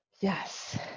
Yes